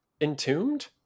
entombed